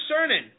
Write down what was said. Cernan